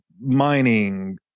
mining